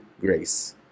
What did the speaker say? grace